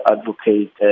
Advocate